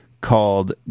called